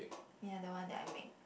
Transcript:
ya the one that I make